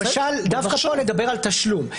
למשל דווקא פה לדבר על תשלום.